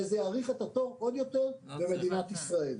וזה יאריך את התור עוד יותר במדינת ישראל.